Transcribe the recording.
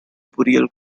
burial